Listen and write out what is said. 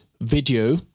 video